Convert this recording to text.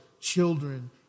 children